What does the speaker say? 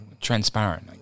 transparent